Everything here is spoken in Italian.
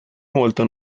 molto